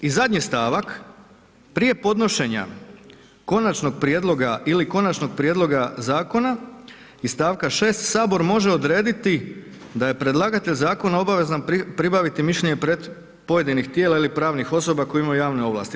I zadnji stavak: „Prije podnošenja konačnog prijedloga ili konačnog prijedloga zakona iz stavka 6. sabor može odrediti da je predlagatelj zakona obavezan pribaviti mišljenje pojedinih tijela ili pravnih osoba koje imaju javne ovlasti.